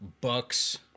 Bucks